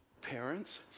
parents